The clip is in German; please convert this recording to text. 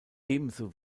ebenso